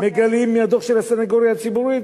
מגלים מהדוח של הסניגוריה הציבורית